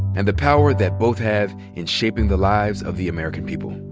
and the power that both have in shaping the lives of the american people.